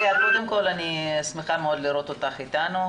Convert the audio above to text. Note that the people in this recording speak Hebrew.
לאה, קודם כל אני שמחה מאוד לראות אותך איתנו.